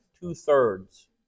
Two-thirds